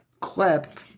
clip